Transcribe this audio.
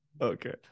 Okay